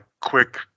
quick